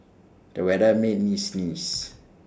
the weather made me sneeze